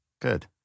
good